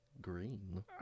green